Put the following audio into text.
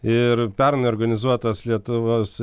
ir pernai organizuotas lietuvos